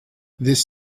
this